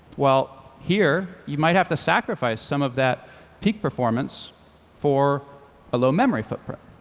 well, here you might have to sacrifice some of that peak performance for a low memory footprint.